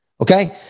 Okay